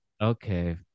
Okay